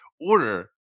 order